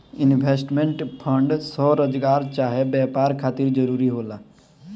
investment fund स्वरोजगार चाहे व्यापार खातिर जरूरी होला